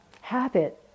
habit